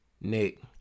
Nick